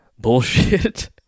bullshit